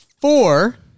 four